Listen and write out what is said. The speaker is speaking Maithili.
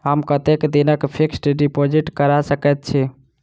हम कतेक दिनक फिक्स्ड डिपोजिट करा सकैत छी?